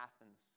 Athens